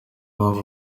mpamvu